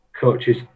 coaches